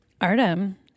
Artem